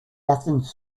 athens